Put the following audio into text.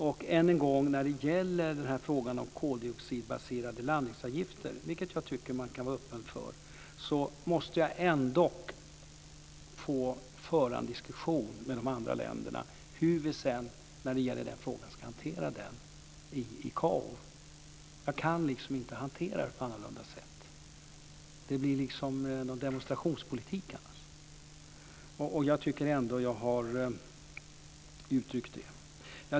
När det än en gång gäller frågan om koldioxidbaserade landningsavgifter, vilket jag tycker att man kan vara öppen för, måste jag ändock få föra en diskussion med de andra länderna om hur vi sedan ska hantera den frågan i ICAO. Jag kan inte hantera det på annorlunda sätt. Det blir liksom något slags demonstrationspolitik annars. Jag tycker ändå att jag har uttryckt det.